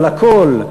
אבל הכול,